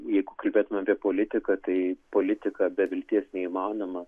jeigu kalbėtume apie politiką tai politika be vilties neįmanoma